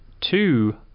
two